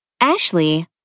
Ashley